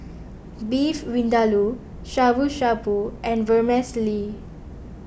Beef Vindaloo Shabu Shabu and Vermicelli